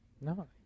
No